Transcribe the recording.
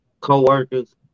co-workers